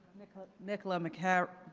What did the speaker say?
nicola nicola mccurr